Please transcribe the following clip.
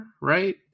Right